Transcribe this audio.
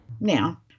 Now